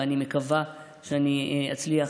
ואני מקווה שאני אצליח,